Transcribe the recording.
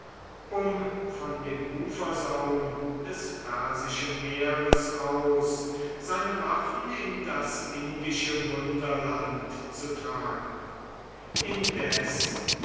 um von dem ufersaum des persischen meeres aus seine waffen in das indische wunderland zu tragen indes